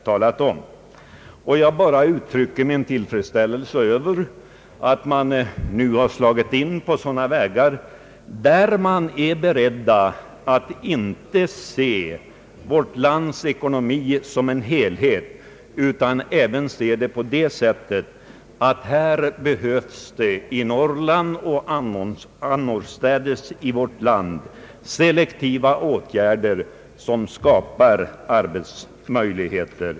Jag vill bara uttrycka min tillfredsställelse över att man nu har slagit in på sådana vägar att man är beredd att inte se vårt lands ekonomi som en helhet, utan att det i Norrland och även annorstädes i vårt land behövs selektiva åtgärder för att skapa arbetsmöjligheter.